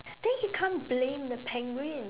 then he can't blame the penguin